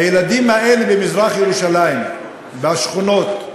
הילדים האלה במזרח-ירושלים, בשכונות,